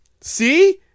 see